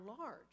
large